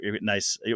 nice